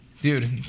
Dude